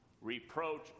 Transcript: reproach